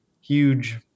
huge